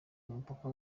mupaka